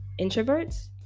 introverts